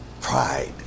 Pride